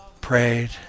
prayed